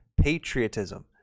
patriotism